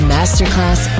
Masterclass